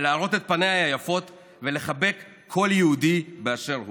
להראות את פניה היפות ולחבק כל יהודי באשר הוא,